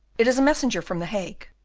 it is a messenger from the hague.